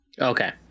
Okay